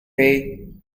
bay